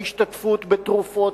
ההשתתפות בתרופות,